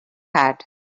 had